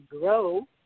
grow